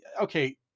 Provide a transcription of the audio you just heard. okay